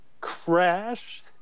crash